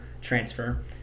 transfer